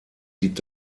liegt